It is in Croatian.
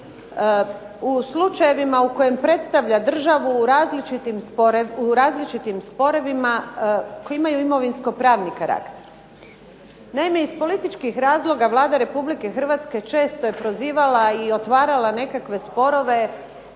u slučajevima u kojima predstavlja državu u različitim sporovima koji imaju imovinsko-pravni karakter. Naime, iz političkih razloga Vlada Republike Hrvatske često je prozivala i otvarala nekakve sporove